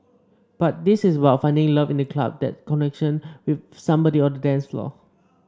but this is about finding love in the club that connection with somebody on the dance floor